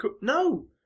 No